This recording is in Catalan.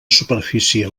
superfície